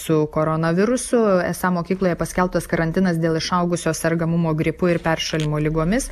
su koronavirusu esą mokykloje paskelbtas karantinas dėl išaugusio sergamumo gripu ir peršalimo ligomis